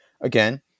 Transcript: again